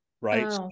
right